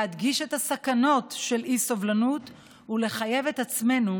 להדגיש את הסכנות של אי-סובלנות ולחייב את עצמנו